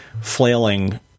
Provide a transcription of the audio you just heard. flailing